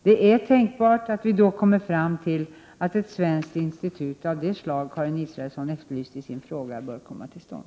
Det är tänkbart att vi då kommer fram till att ett svenskt institut av det slag Karin Israelsson efterlyst i sin fråga bör komma till stånd.